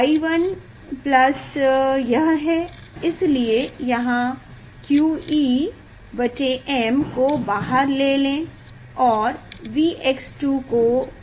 y1 plus यह है इसलिए यहाँ q E m को बाहर ले लें और Vx2 को भी